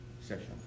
session